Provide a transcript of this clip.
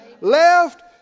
left